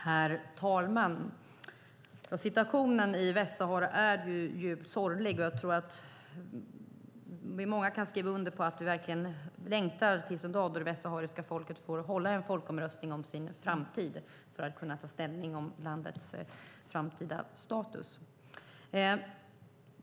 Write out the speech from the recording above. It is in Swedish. Herr talman! Situationen i Västsahara är djupt sorglig. Jag tror att många kan skriva under på att vi verkligen längtar till den dag då det västsahariska folket får hålla en folkomröstning om sin framtid, för att kunna ta ställning till landets framtida status.